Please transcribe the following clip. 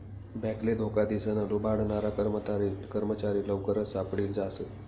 बॅकले धोका दिसन लुबाडनारा कर्मचारी लवकरच सापडी जास